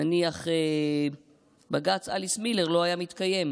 נניח שבג"ץ אליס מילר לא היה מתקיים.